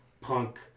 punk